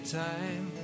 time